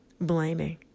blaming